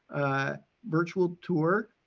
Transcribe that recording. ah virtual tour.